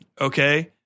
okay